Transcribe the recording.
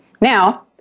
Now